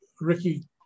Ricky